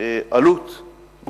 המשתנה החשוב ביותר זה מנהל המוסד.